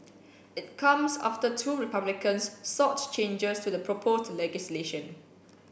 it comes after two Republicans sought changes to the proposed legislation